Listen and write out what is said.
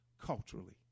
culturally